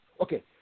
Okay